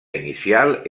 inicial